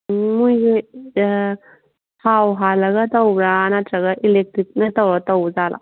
ꯃꯣꯏꯖꯦ ꯊꯥꯎ ꯍꯥꯜꯂꯒ ꯇꯧꯕ꯭ꯔꯥ ꯅꯠꯇ꯭ꯔꯒ ꯏꯂꯦꯛꯇ꯭ꯔꯤꯛꯅ ꯇꯧꯔ ꯇꯧꯕ ꯖꯥꯠꯂꯣ